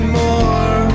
more